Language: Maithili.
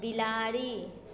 बिलाड़ि